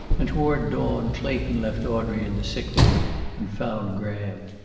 and toward dawn clayton left audrey in the sick room and found graham.